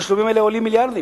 התשלומים האלה עולים מיליארדים.